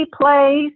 place